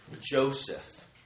Joseph